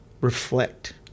reflect